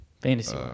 fantasy